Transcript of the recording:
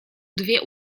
dwie